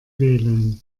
wählen